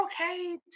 okay